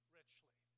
richly